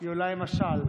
היא עולה עם השל.